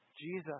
Jesus